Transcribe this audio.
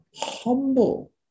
humble